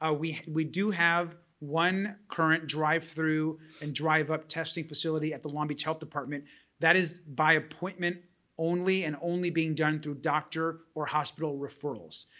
ah we we do have one current drive through and drive up testing facility at the long beach health department that is by appointment only and only being done through doctor or hospital referrals.